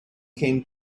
came